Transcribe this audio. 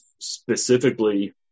specifically